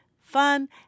fun